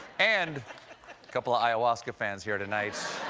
and couple of ayahuasca fans here tonight.